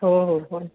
हो हो हो